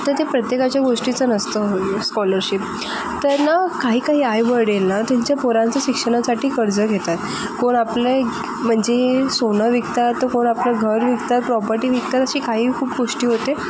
तर ते प्रत्येकाच्या गोष्टीचं नसतं स्कॉलरशीप तर ना काही काही आईवडीलांना तुमच्या पोरांच्या शिक्षणासाठी कर्ज घेतात कोण आपले म्हणजे सोनं विकतात कोण आपलं घर विकतं प्रॉपर्टी विकतात अशी काही खूप गोष्टी होते